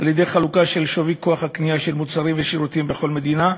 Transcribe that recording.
על-ידי חלוקה של שווי כוח הקנייה של מוצרים ושירותים בכל מדינה,